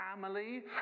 family